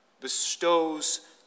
bestows